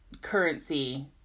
currency-